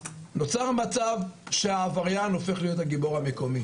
נוצר מצב שהעבריין הופך להיות הגיבור המקומי.